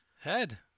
Head